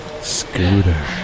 Scooter